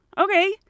okay